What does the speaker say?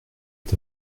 est